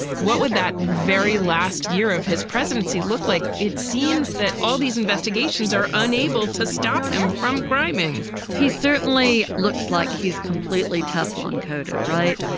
what would that very last year of his presidency look like. it seems that all these investigations are unable to stop him from grooming he certainly looks like he's completely teflon coated right.